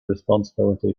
responsibility